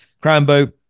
Crambo